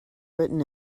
written